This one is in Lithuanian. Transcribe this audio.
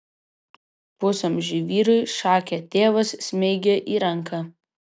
pusamžiui vyrui šake tėvas smeigė į ranką